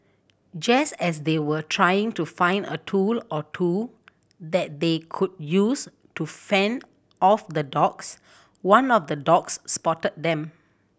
just as they were trying to find a tool or two that they could use to fend off the dogs one of the dogs spotted them